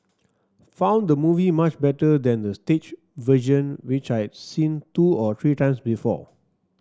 found the movie much better than the stage version which I had seen two or three times before